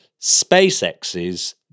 SpaceX's